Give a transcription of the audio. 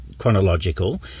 chronological